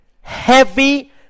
heavy